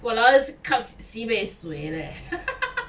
!walao! this cup sibei swee leh